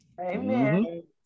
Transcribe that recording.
amen